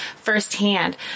firsthand